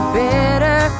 better